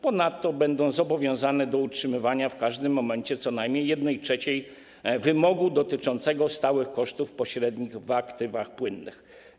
Ponadto będą zobowiązane do utrzymywania w każdym momencie co najmniej 1/3 wymogu dotyczącego stałych kosztów pośrednich w aktywach płynnych.